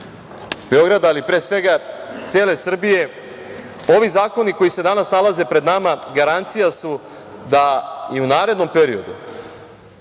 Beograda, ali pre svega cele Srbije, ovi zakoni koji se danas nalaze pred nama garancija su da i u narednom periodu